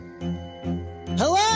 Hello